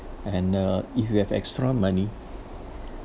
and uh if you have extra money